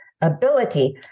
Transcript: ability